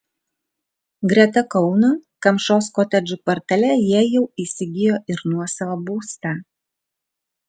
greta kauno kamšos kotedžų kvartale jie jau įsigijo ir nuosavą būstą